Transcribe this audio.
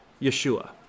Yeshua